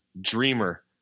Dreamer